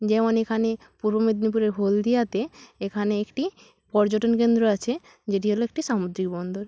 যেমন এখানে পূর্ব মেদিনীপুরের হলদিয়াতে এখানে একটি পর্যটন কেন্দ্র আছে যেটি হলো একটি সামুদ্রিক বন্দর